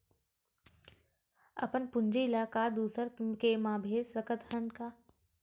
अपन पूंजी ला दुसर के मा भेज सकत हन का?